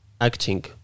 acting